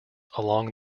along